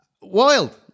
wild